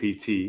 PT